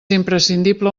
imprescindible